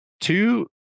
two